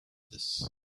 this